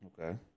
okay